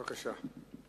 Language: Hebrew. בבקשה.